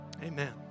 Amen